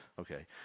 okay